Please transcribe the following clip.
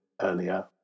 earlier